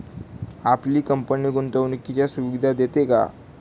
आपली कंपनी गुंतवणुकीच्या सुविधा देते का?